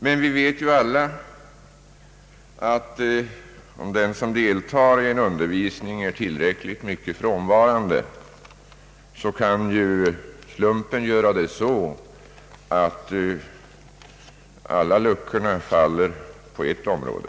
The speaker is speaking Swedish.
Vi vet emellertid alla att om någon av deltagarna i en kurs är frånvarande i viss betydande omfattning, kan slumpen göra att alla kunskapsluckorna faller på ett område.